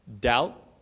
Doubt